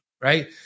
right